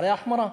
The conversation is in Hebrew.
אחרי ההחמרה.